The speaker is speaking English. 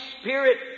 Spirit